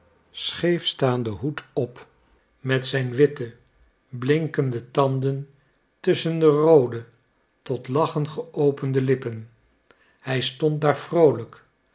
scheefstaanden hoed op met zijn witte blinkende tanden tusschen de roode tot lachen geopende lippen hij stond daar vroolijk